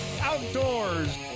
Outdoors